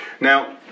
now